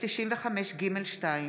חורף),